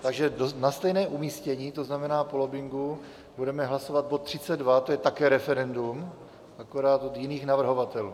Takže na stejné umístění, to znamená po lobbingu, budeme hlasovat bod 32, to je také referendum, akorát od jiných navrhovatelů.